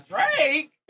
Drake